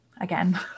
again